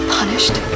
punished